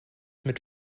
mit